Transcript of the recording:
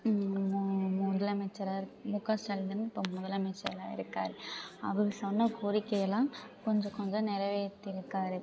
மு முதலமைச்சராக முக ஸ்டாலின் தானே இப்போ முதலமைச்சராக இருக்கார் அவர் சொன்ன கோரிக்கை எல்லாம் கொஞ்ச கொஞ்சம் நிறவேத்திருக்காரு